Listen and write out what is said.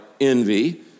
envy